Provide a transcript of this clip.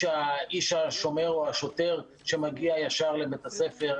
השומר או השוטר שמגיע ישר לבית הספר,